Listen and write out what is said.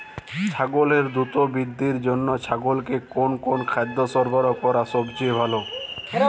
ছাগলের দ্রুত বৃদ্ধির জন্য ছাগলকে কোন কোন খাদ্য সরবরাহ করা সবচেয়ে ভালো?